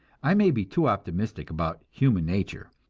i may be too optimistic about human nature,